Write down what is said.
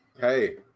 Hey